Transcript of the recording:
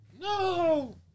No